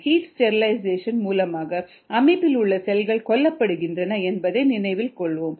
heat sterilization மூலமாக அமைப்பில் உள்ள செல்கள் கொல்லப்படுகின்றன என்பதை நினைவில் கொள்வோம்